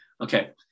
Okay